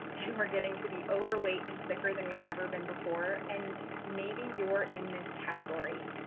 we're getting to be overweight and sicker than we've ever been before. and maybe you're in this category.